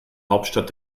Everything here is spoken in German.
hauptstadt